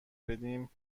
بدیم